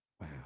wow